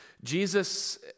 Jesus